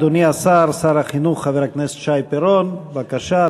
אדוני השר, שר החינוך חבר הכנסת שי פירון, בבקשה.